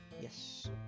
Yes